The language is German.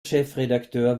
chefredakteur